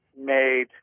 made